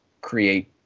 create